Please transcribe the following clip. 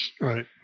Right